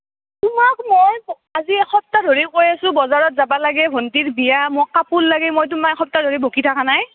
তোমাক মই আজি এসপ্তাহ ধৰি কৈ আছোঁ বজাৰত যাব লাগে ভণ্টিৰ বিয়া মোক কাপোৰ লাগে মই তোমাক এসপ্তাহ ধৰি বকি থকা নাই